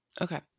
okay